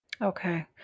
okay